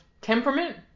temperament